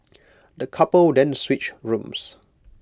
the couple then switched rooms